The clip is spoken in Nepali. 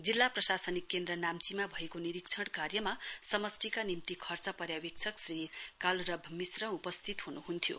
जिल्ला प्रशासनिक केन्द्र नाम्चीमा भएको निरीक्षण कार्यमा समष्टिका निम्ति खर्च पर्यावेक्षक श्री कालरभ मिश्र उपस्थित हुनुहुन्थ्यो